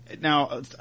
now